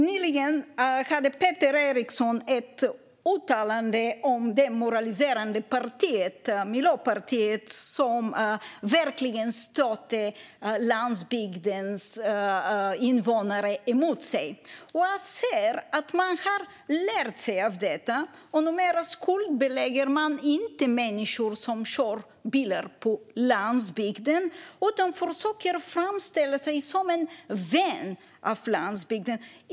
Nyligen gjorde Peter Eriksson ett uttalande om det moraliserande partiet Miljöpartiet som verkligen stött landsbygdens invånare från sig. Han säger att man har lärt sig av detta och numera inte skuldbelägger människor som kör bil på landsbygden utan försöker framställa sig som en vän av landsbygden.